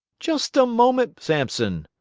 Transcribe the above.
just a moment, sampson!